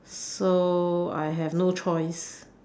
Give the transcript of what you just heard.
so I have no choice